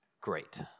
Great